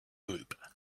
group